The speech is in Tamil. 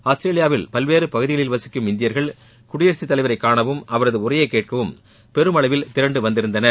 ஆஸ்திரேலியாவில் பல்வேறு பகுதிகளில் வசிக்கும் இந்தியர்கள் குடியரசுத்தலைவரை காணவும் அவரது உரையை கேட்கவும் பெருமளவில் திரண்டு வந்திருந்தனர்